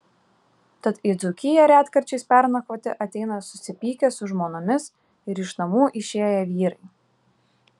tad į dzūkiją retkarčiais pernakvoti ateina susipykę su žmonomis ir iš namų išėję vyrai